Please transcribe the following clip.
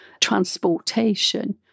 transportation